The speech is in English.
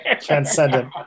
Transcendent